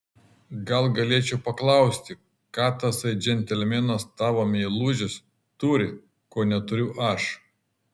gal galėčiau paklausti ką tasai džentelmenas tavo meilužis turi ko neturiu aš